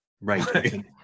right